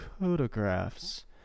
photographs